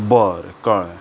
बरें कळ्ळें